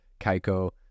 Kaiko